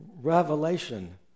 revelation